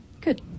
Good